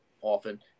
often